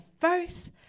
first